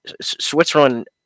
Switzerland